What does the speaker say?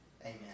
Amen